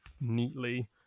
neatly